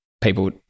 people